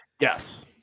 Yes